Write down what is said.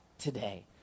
today